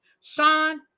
sean